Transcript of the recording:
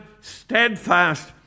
steadfast